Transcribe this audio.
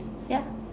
ya